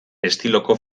estiloko